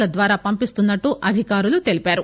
ల ద్వారా పంపిస్తున్స ట్లు అధికారులు తెలిపారు